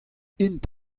int